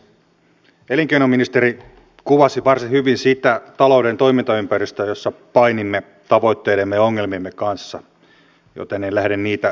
elinkeinoministeri kuvasi varsin hyvin sitä talouden toimintaympäristöä jossa painimme tavoitteidemme ja ongelmiemme kanssa joten en lähde niitä toistamaan